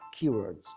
keywords